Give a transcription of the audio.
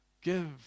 Give